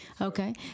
Okay